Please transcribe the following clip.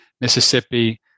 Mississippi